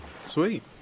sweet